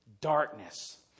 darkness